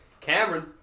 Cameron